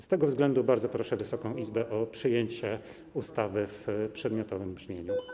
Z tego względu bardzo proszę Wysoką Izbę o przyjęcie ustawy w przedmiotowym brzmieniu.